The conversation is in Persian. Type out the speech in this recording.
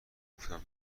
گفتم